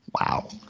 Wow